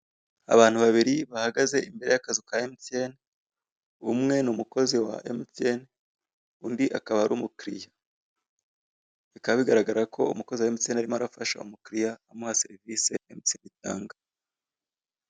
Abantu babiri bahagaze imbere y'akazu ka emutiyene, umwe ni umukozi wa emutiyene, undi akaba ari umukiliya, bikaba bigaragara ko umukozi wa emutiyene arimo arafasha umukiliya amuha serivisi emutiyene itanga.